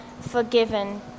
forgiven